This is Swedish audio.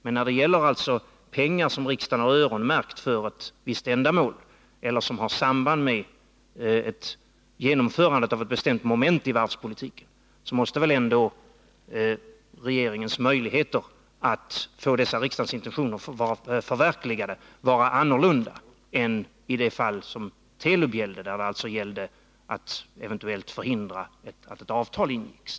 Men när det gäller pengar som riksdagen har öronmärkt för ett visst ändamål eller som har samband med genomförandet av ett bestämt moment i varvspolitiken, måste väl ändå regeringens möjligheter att få dessa riksdagens intentioner förverkligade vara annorlunda än när det gäller Telubaffären, där det var fråga om att eventuellt förhindra att ett avtal ingicks.